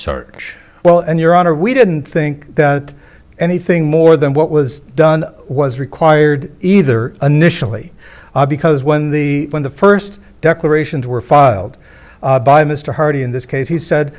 search well and your honor we didn't think that anything more than what was done was required either initially because when the when the first declarations were filed by mr hardy in this case he said